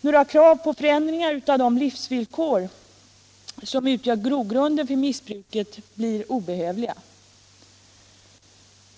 Några krav på förändringar av de livsvillkor som utgör grogrunden för missbruket blir obehövliga.